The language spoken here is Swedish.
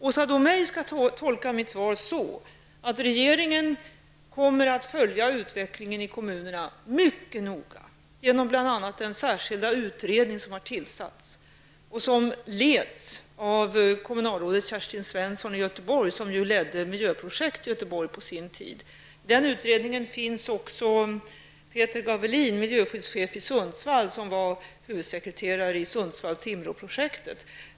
Åsa Domeij skall tolka mitt svar på det sättet att regeringen kommer att följa utvecklingen i kommunerna mycket noga genom bl.a. den särskilda utredning som har tillsatts och som leds av kommunalrådet Kerstin Svenson i Göteborg, som ledde Miljöprojekt Göteborg på sin tid. I den utredningen finns också Peter Gavelin, miljöskyddschef i Sundsvall, som var huvudsekreterare i Sundsvall--Timrå-projektet.